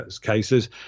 cases